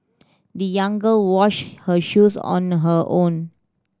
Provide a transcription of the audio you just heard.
the young girl wash her shoes on her own